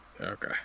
Okay